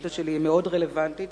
השאילתא שלי מאוד רלוונטית.